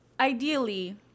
ideally